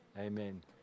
Amen